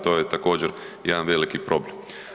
To je također jedan veliki problem.